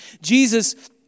Jesus